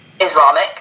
Islamic